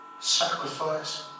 sacrifice